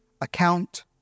account